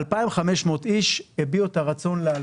2,500 איש הביעו את הרצון לעלות,